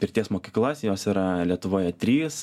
pirties mokyklas jos yra lietuvoje trys